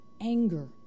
anger